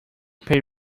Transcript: pay